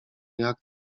jak